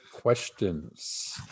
questions